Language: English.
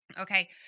okay